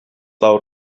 laŭ